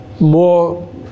more